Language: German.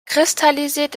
kristallisiert